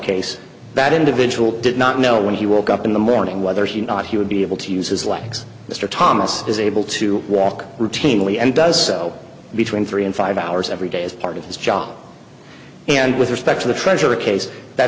case that individual did not know when he woke up in the morning whether he thought he would be able to use his legs mr thomas is able to walk routinely and does so between three and five hours every day as part of his job and with respect to the treasure a case that